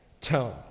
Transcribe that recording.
tone